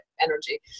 energy